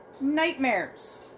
nightmares